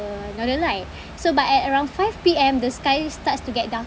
the northern light so but at around five P_M the skies start to get darker